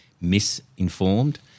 misinformed